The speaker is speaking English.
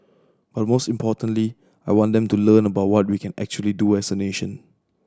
but most importantly I want them to learn about what we can actually do as a nation